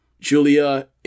Julia